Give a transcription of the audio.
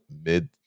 mid